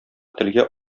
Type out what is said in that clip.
телгә